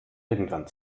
irgendwann